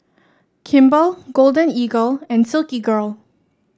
Kimball Golden Eagle and Silkygirl